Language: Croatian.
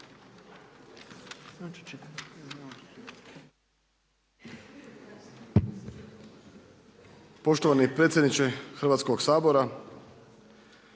poštovani predsjedniče Hrvatskog sabora,